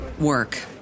work